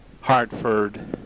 Hartford